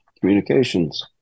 Communications